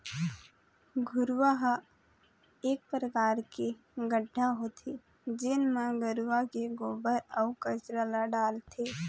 घुरूवा ह एक परकार के गड्ढ़ा होथे जेन म गरूवा के गोबर, अउ कचरा ल डालथे